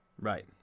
Right